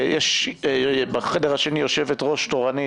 יש בחדר השני יושבת-ראש תורנית,